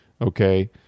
okay